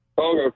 Okay